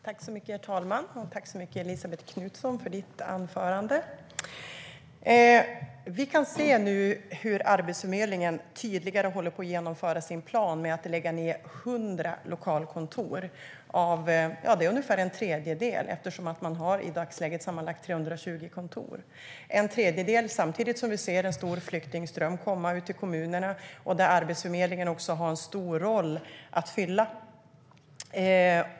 Herr talman! Tack, Elisabet Knutsson, för ditt anförande! Vi kan nu se hur Arbetsförmedlingen håller på att genomföra sin plan att lägga ned 100 lokalkontor. Eftersom man i dagsläget har sammanlagt 320 kontor är det ungefär en tredjedel. Man lägger alltså ned en tredjedel av kontoren samtidigt som vi ser en stor flyktingström komma ut till kommunerna, och där har Arbetsförmedlingen en stor roll att fylla.